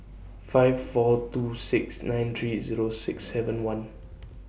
five four two six nine three Zero six seven one